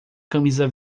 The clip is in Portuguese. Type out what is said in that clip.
camisa